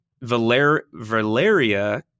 Valeria